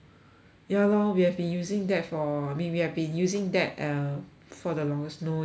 ya lor we have been using that for maybe I've been using that uh for the longest no it doesn't help